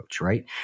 right